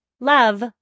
Love